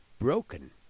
broken